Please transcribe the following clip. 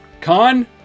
Con